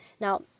Now